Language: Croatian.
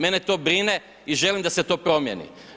Mene to brine i želim da se to promijeni.